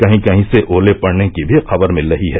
कहीं कहीं से ओले पड़ने की भी खबर मिल रही है